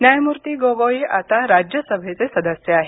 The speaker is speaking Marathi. न्यायमूर्ती गोगोई आता राज्यसभेचे सदस्य आहेत